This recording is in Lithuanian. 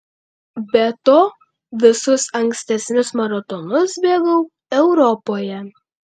be to visus ankstesnius maratonus bėgau europoje